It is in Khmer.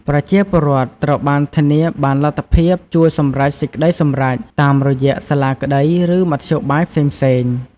ប្រជាពលរដ្ឋត្រូវបានធានាបានលទ្ធភាពជួយសម្រេចសេចក្ដីសម្រេច តាមរយៈសាលាក្តីឬមធ្យោបាយផ្សេងៗ។